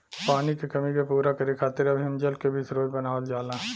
पानी के कमी के पूरा करे खातिर अब हिमजल के भी स्रोत बनावल जाला